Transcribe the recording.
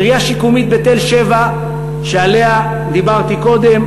קריה שיקומית בתל-שבע שעליה דיברתי קודם.